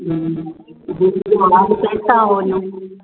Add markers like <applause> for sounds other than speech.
<unintelligible>